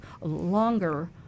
longer